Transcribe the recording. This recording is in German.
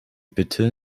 bitte